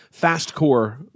fastcore